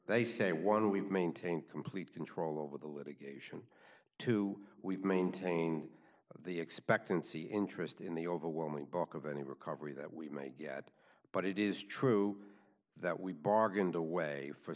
they say one we maintain complete control over the litigation to we've maintained the expectancy interest in the overwhelming bulk of any recovery that we might get but it is true that we bargained away for